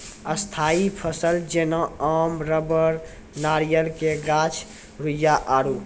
स्थायी फसल जेना आम रबड़ नारियल के गाछ रुइया आरु